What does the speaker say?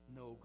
no